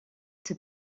être